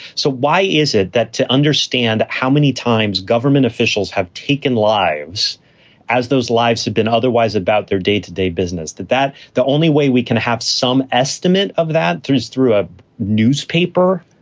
so why is it that to understand how many times government officials have taken lives as those lives have been otherwise about their day to day business, that that the only way we can have some estimate of that is through a newspaper,